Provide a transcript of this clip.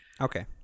Okay